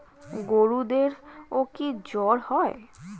গরুদেরও কি জ্বর হয়?